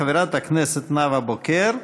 חברת הכנסת נאוה בוקר,